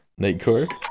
Nightcore